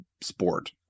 sport